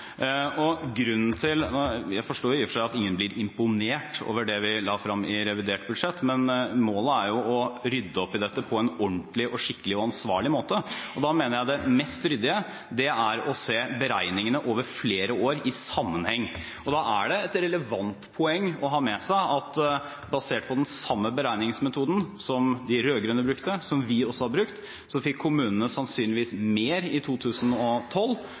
Jeg forstår i og for seg at ingen blir imponert over det vi la frem i revidert budsjett, men målet er å rydde opp i dette på en ordentlig, skikkelig og ansvarlig måte. Da mener jeg at det mest ryddige er å se beregningene over flere år i sammenheng. Da er det et relevant poeng å ha med seg at basert på den samme beregningsmetoden som de rød-grønne brukte, og som vi også har brukt, fikk kommunene sannsynligvis mer i 2012.